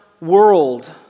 world